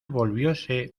volvióse